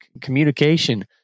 communication